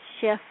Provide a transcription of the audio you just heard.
shift